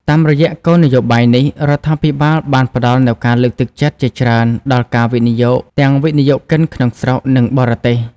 តាមរយៈគោលនយោបាយនេះ រដ្ឋាភិបាលបានផ្តល់នូវការលើកទឹកចិត្តជាច្រើនដល់ការវិនិយោគ ទាំងវិនិយោគិនក្នុងស្រុក និងបរទេស។